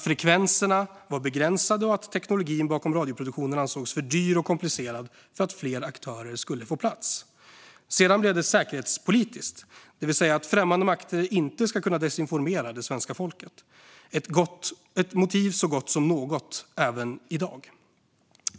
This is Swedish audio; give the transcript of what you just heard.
Frekvenserna var begränsade, och teknologin bakom radioproduktion ansågs för dyr och komplicerad för att fler aktörer skulle få plats. Sedan blev det säkerhetspolitiskt, det vill säga att främmande makter inte ska kunna desinformera det svenska folket - ett motiv så gott som något även i dag.